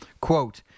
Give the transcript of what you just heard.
quote